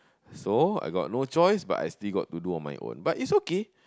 so I got no choice but I still got to do on my own but it's okay